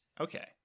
okay